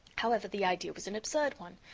however, the idea was an absurd one,